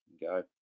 go